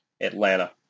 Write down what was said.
Atlanta